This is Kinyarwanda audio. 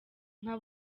nka